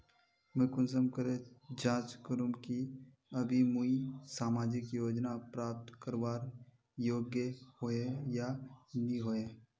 मुई कुंसम करे जाँच करूम की अभी मुई सामाजिक योजना प्राप्त करवार योग्य होई या नी होई?